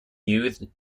used